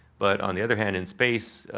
but, on the other hand, in space,